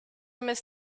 miss